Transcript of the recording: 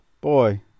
Boy